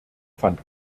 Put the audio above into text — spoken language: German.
fand